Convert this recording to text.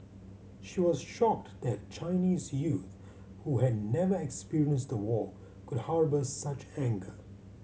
she was shocked that Chinese youth who had never experienced the war could harbour such anger